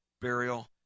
burial